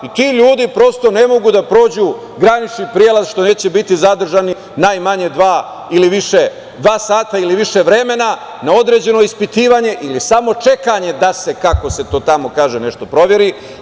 Ti ljudi prosto ne mogu da prođu granični prelaz, što neće biti zadržani najmanje dva sata ili više vremena, na određeno ispitivanje ili samo čekanje da se, kako se to tamo kaže, nešto proveri.